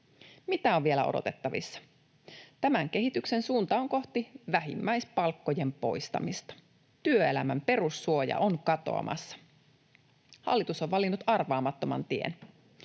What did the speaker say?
Mitä on vielä odotettavissa? Tämän kehityksen suunta on kohti vähimmäispalkkojen poistamista. Työelämän perussuoja on katoamassa. Hallitus on valinnut arvaamattoman tien.